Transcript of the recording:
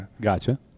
Gotcha